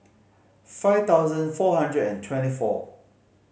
five thousand four hundred and twenty four